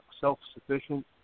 self-sufficient